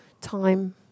time